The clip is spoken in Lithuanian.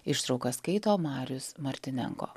ištrauką skaito marius martinenko